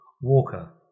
walker